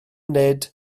nid